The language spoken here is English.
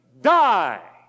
die